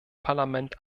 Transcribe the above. parlament